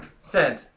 Send